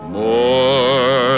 more